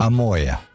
Amoya